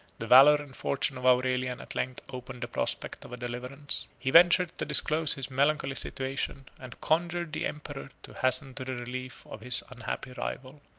the valor and fortune of aurelian at length opened the prospect of a deliverance. he ventured to disclose his melancholy situation, and conjured the emperor to hasten to the relief of his unhappy rival.